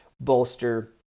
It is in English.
bolster